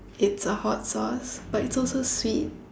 it's a hot sauce but it's also sweet